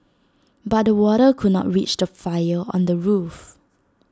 but the water could not reach the fire on the roof